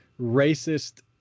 racist